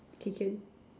okay can